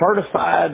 certified